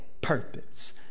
purpose